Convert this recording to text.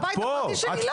בבית הפרטי שלי?